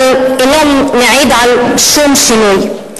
אבל אינו מעיד על שום שינוי,